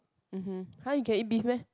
mmhmm you can eat beef meh